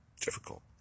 difficult